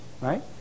right